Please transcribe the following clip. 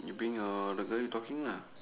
you bring eh the girl you talking lah